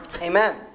Amen